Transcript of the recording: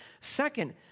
Second